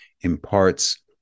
imparts